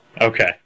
Okay